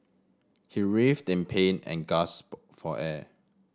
he writhed in pain and gasped for air